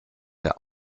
der